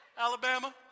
Alabama